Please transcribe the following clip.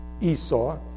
Esau